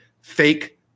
fake